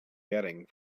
getting